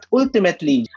ultimately